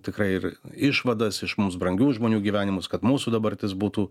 tikrai ir išvadas iš mums brangių žmonių gyvenimo kad mūsų dabartis būtų